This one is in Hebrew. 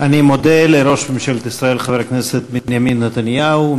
אני מודה לראש ממשלת ישראל חבר הכנסת בנימין נתניהו,